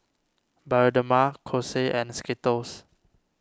Bioderma Kose and Skittles